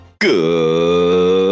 Good